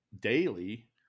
daily